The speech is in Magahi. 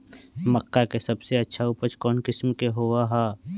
मक्का के सबसे अच्छा उपज कौन किस्म के होअ ह?